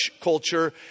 culture